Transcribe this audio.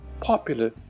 popular